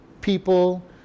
people